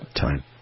time